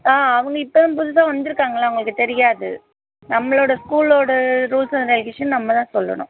ஆ அவங்க இப்போ தான் புதுசாக வந்திருக்காங்கள்ல அவர்களுக்கு தெரியாது நம்மளோடய ஸ்கூலோடய ரூல்ஸ் அண்ட் ரெகுலேஷன் நம்ம தான் சொல்லணும்